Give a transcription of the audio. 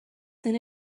soon